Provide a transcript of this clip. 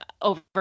over